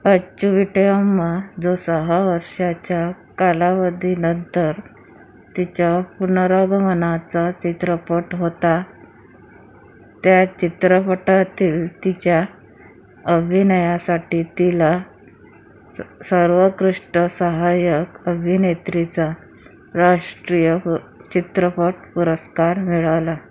अच्युतम् जो सहा वर्षांच्या कालावधीनंतर तिच्या पुनरागमनाचा चित्रपट होता त्या चित्रपटातील तिच्या अभिनयासाठी तिला स सर्वोत्कृष्ट सहाय्यक अभिनेत्रीचा राष्ट्रीय पु चित्रपट पुरस्कार मिळाला